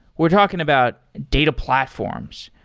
we're talking about data platforms.